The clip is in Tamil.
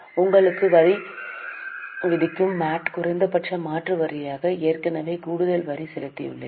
உங்களுக்கு வரி விதிக்கும் MAT குறைந்தபட்ச மாற்று வரியாக ஏற்கனவே கூடுதல் வரி செலுத்தியுள்ளீர்கள்